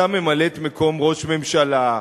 היתה ממלאת-מקום ראש ממשלה,